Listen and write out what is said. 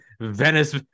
venice